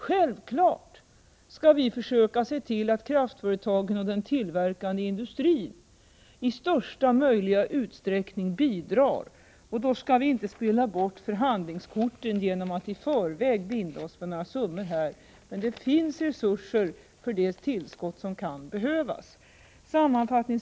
Självfallet skall vi försöka se till att kraftföretagen och den tillverkande industrin i största möjliga utsträckning bidrar, och då skall vi inte spela bort förhandlingskorten genom att i förväg binda oss för några summor. Det finns resurser för de tillskott som kan behövas. Fru talman!